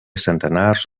centenars